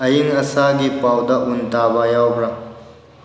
ꯑꯌꯤꯡ ꯑꯁꯥꯒꯤ ꯄꯥꯎꯗ ꯎꯟ ꯇꯥꯕ ꯌꯥꯎꯕ꯭ꯔꯥ